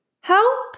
Help